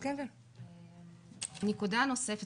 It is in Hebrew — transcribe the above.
נקודה נוספת,